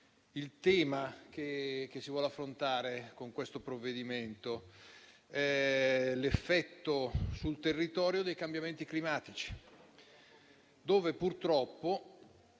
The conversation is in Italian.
il tema che si vuole affrontare con questo provvedimento: l'effetto sul territorio dei cambiamenti climatici che, purtroppo,